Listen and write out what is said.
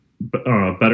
better